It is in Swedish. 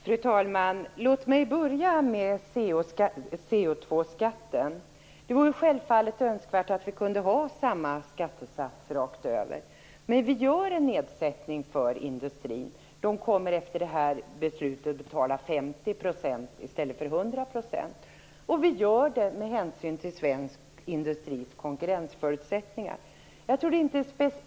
Fru talman! Låt mig börja med CO2-skatten. Det vore självfallet önskvärt att det kunde vara samma skattesats rakt över, men vi gör en nedsättning för industrin, som efter detta beslut kommer att betala 50 % i stället för 100 %. Vi gör det med hänsyn till svensk industris konkurrensförutsättningar.